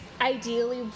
ideally